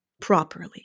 properly